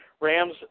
Rams